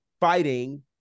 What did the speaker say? fighting